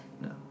No